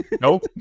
Nope